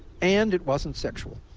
and it wasn't sexual.